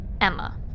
Emma